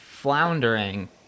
Floundering